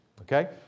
Okay